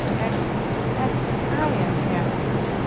and and i am happier,